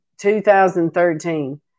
2013